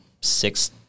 six